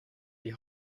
die